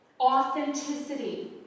Authenticity